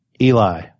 Eli